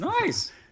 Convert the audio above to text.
Nice